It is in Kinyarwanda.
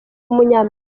w’umunyamerika